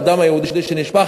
על הדם היהודי שנשפך.